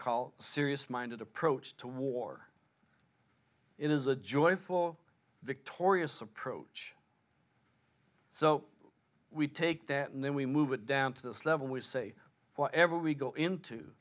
call serious minded approach to war it is a joyful victorious approach so we take that and then we move it down to this level we say whatever we go into